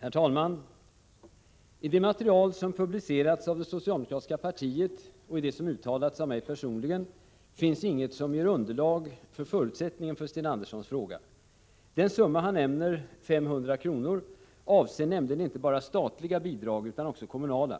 Herr talman! I det material som publicerats av det socialdemokratiska partiet och i det som uttalats av mig personligen finns inget som ger underlag för förutsättningen för Sten Anderssons i Malmö fråga. Den summa han nämner, 500 kr., avser nämligen inte bara statliga bidrag, utan också 43 kommunala.